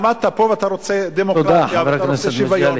עמדת פה ואתה רוצה דמוקרטיה ואתה רוצה שוויון,